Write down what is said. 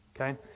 Okay